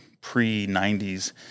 pre-90s